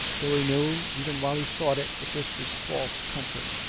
though he knew, even while he thought it, that this was false com fort.